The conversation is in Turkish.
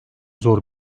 zor